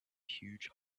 huge